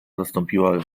zastąpiła